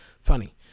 funny